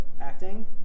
acting